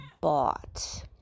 bought